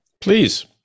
Please